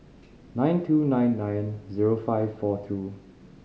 nine two nine nine zero five four two